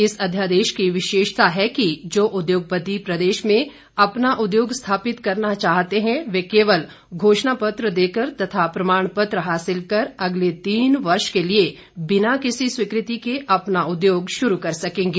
इस अध्यादेश की विशेषता है कि जो उद्योगपति प्रदेश में अपना उद्योग स्थापित करना चाहते हैं वह केवल घोषणा पत्र देकर तथा प्रमाण पत्र हासिल कर अगले तीन वर्ष के लिए बिना किसी स्वीकृति के अपना उद्योग शुरू कर सकेंगे